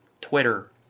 Twitter